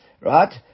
Right